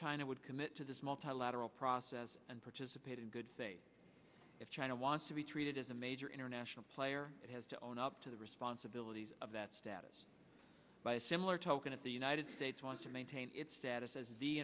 china would commit to this multilateral process and participate in good faith if china wants to be treated as a major international player it has to own up to the responsibilities of that status by a similar token at the united states wants to maintain its status as the